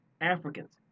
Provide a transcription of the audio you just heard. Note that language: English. Africans